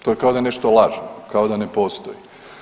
To je kao da je nešto lažno, kao da ne postoji.